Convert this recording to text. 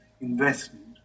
investment